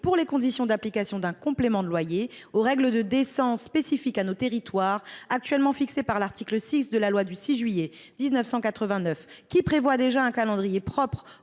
pour les conditions d’application d’un complément de loyer, aux règles de décence spécifiques à nos territoires, actuellement fixées par l’article 6 de la loi du 6 juillet 1989, qui prévoit déjà un calendrier propre